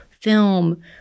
film